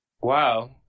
Wow